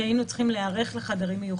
כי היינו צריכים להיערך לחדרים מיוחדים,